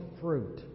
fruit